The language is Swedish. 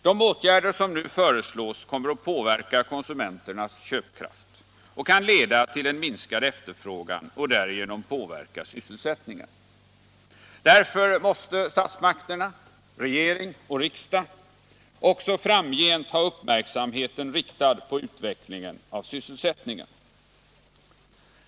De åtgärder som nu föreslås kommer att påverka konsumenternas köpkraft och kan leda till en minskad efterfrågan och därigenom påverka sysselsättningen. Därför måste statsmakterna — riksdag och regering — också framgent ha uppmärksamheten riktad på utvecklingen av sysselsättningen.